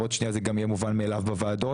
עוד שנייה זה גם יהיה מובן מאליו בוועדות,